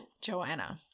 Joanna